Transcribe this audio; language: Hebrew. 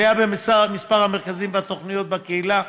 עלייה במספר המרכזים והתוכניות בקהילה,